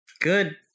Good